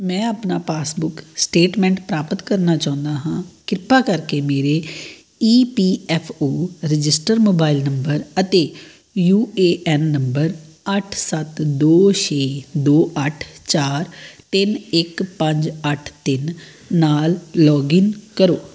ਮੈਂ ਆਪਣਾ passbook statement ਪ੍ਰਾਪਤ ਕਰਨਾ ਚਾਹੁੰਦਾ ਹਾਂ ਕਿਰਪਾ ਕਰਕੇ ਮੇਰੇ E P F O register mobile number ਅਤੇ ਯੂ ਏ ਐੱਨ ਨੰਬਰ ਅੱਠ ਸੱਤ ਦੋ ਛੇ ਦੋ ਅੱਠ ਚਾਰ ਤਿੰਨ ਇੱਕ ਪੰਜ ਅੱਠ ਤਿੰਨ ਨਾਲ ਲੌਗਿਨ ਕਰੋ